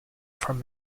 from